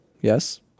yes